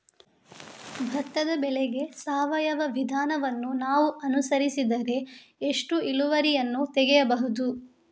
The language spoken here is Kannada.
ಭತ್ತದ ಬೆಳೆಗೆ ಸಾವಯವ ವಿಧಾನವನ್ನು ನಾವು ಅನುಸರಿಸಿದರೆ ಎಷ್ಟು ಇಳುವರಿಯನ್ನು ತೆಗೆಯಬಹುದು?